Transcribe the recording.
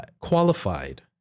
qualified